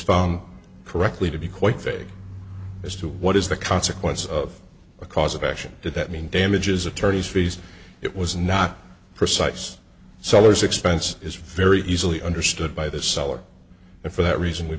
found correctly to be quite vague as to what is the consequence of a cause of action did that mean damages attorney's fees it was not precise seller's expense is very easily understood by the seller and for that reason we